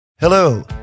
Hello